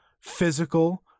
physical